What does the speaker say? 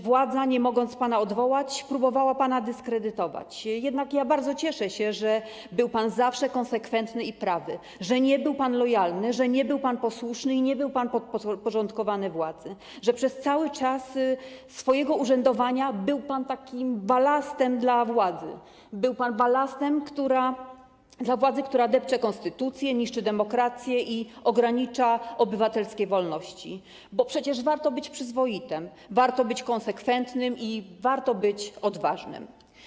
Władza, nie mogąc pana odwołać, próbowała pana dyskredytować, jednak ja bardzo się cieszę, że był pan zawsze konsekwentny i prawy, że nie był pan lojalny, że nie był pan posłuszny i nie był pan podporządkowany władzy, że przez cały czas swojego urzędowania był pan takim balastem dla władzy - był pan balastem dla władzy, która depcze konstytucję, niszczy demokrację i ogranicza obywatelskie wolności - bo przecież warto być przyzwoitym, warto być konsekwentnym i warto być odważnym.